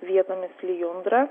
vietomis lijundra